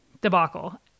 debacle